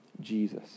Jesus